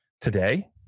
Today